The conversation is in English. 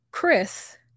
Chris